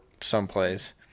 someplace